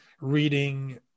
reading